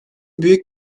büyük